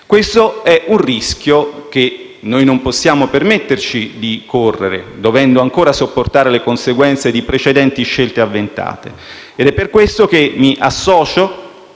Questo è un rischio che noi non possiamo permetterci di correre, dovendo ancora sopportare le conseguenze di precedenti scelte avventate e per questo mi associo